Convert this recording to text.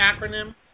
acronym